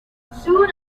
soon